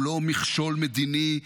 הוא לא מכשול מדיני,